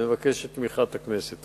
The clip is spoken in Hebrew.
ואני מבקש את תמיכת הכנסת.